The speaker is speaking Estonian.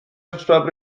esmaspäeval